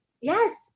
yes